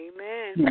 Amen